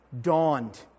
dawned